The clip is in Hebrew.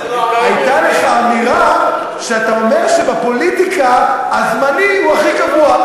הייתה לך אמירה שאתה אומר שבפוליטיקה הזמני הוא הכי קבוע.